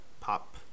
Pop